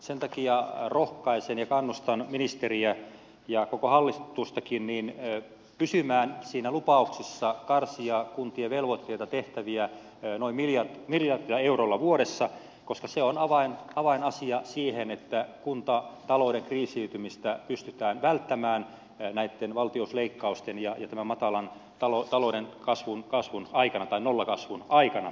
sen takia rohkaisen ja kannustan ministeriä ja koko hallitustakin pysymään siinä lupauksessa karsia kuntien velvoitteita tehtäviä noin miljardilla eurolla vuodessa koska se on avainasia siihen että kuntatalouden kriisiytymistä pystytään välttämään näitten valtionosuusleikkausten ja tämän matalan talouden kasvun tai nollakasvun aikana